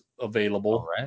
available